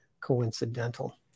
coincidental